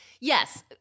Yes